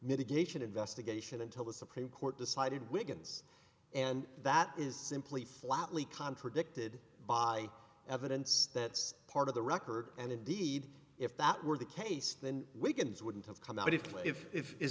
mitigation investigation until the supreme court decided wigan's and that is simply flatly contradicted by evidence that's part of the record and indeed if that were the case then wakens wouldn't have come out if if if is